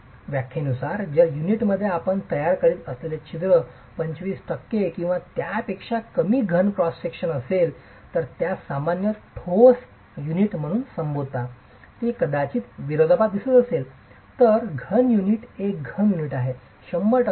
व्याख्येनुसार जर युनिटमध्ये आपण तयार करीत असलेले छिद्र 25 टक्के किंवा त्यापेक्षा कमी घन क्रॉस सेक्शन असेल तर आपण त्यास सामान्यत ठोस युनिट म्हणून संबोधता ते कदाचित विरोधाभास दिसत असेल तर घन युनिट एक घन युनिट आहे शंभर टक्के घन